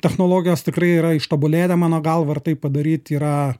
technologijos tikrai yra ištobulėję mano galva ir tai padaryti yra